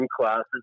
classes